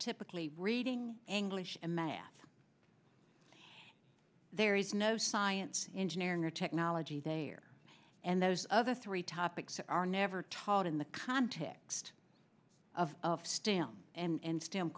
typically breeding anguish and that there is no science engineering or technology there and those other three topics are never taught in the context of stamp and st